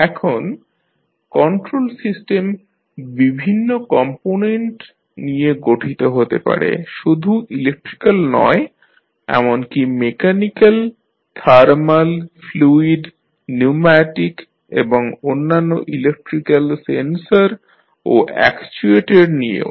এখন control system বিভিন্ন component নিয়ে গঠিত হতে পারে শুধু ইলেকট্রিক্যাল নয় এমনকি মেকানিক্যাল থার্মাল ফ্লুইড নিউম্যাটিক এবং অন্যান্য ইলেকট্রিক্যাল সেন্সর ও অ্যাকচুয়েটর নিয়েও